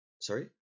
sorry